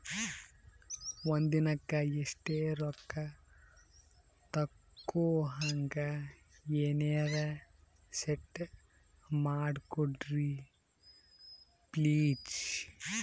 ಒಂದಿನಕ್ಕ ಇಷ್ಟೇ ರೊಕ್ಕ ತಕ್ಕೊಹಂಗ ಎನೆರೆ ಸೆಟ್ ಮಾಡಕೋಡ್ರಿ ಪ್ಲೀಜ್?